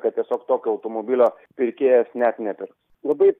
kad tiesiog tokio automobilio pirkėjas net nepirks labai